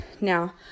Now